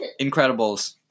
Incredibles